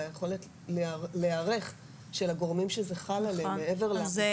על היכולת של הגורמים שזה חל עליהם להיערך.